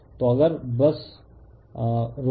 तो अगर बस रुको